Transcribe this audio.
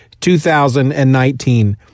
2019